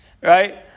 Right